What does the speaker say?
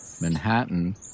Manhattan